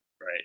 right